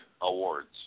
awards